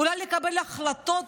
אולי לקבל החלטות